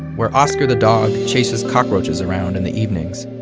where oscar the dog chases cockroaches around in the evenings,